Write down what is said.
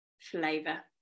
flavor